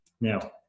Now